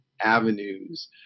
avenues